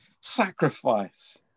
sacrifice